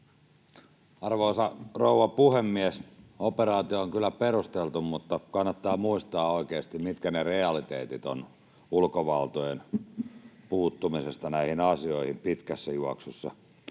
Arvoisa rouva puhemies! Operaatio on kyllä perusteltu, mutta kannattaa muistaa oikeasti, mitkä ne realiteetit ovat ulkovaltojen puuttumisesta näihin asioihin pitkässä juoksussa.